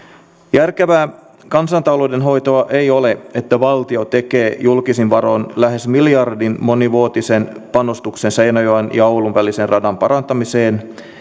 järkevää kansantalouden hoitoa ei ole että valtio tekee julkisin varoin lähes miljardin monivuotisen panostuksen seinäjoen ja oulun välisen radan parantamiseen